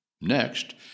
Next